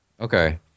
Okay